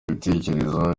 bitekerezo